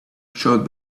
showed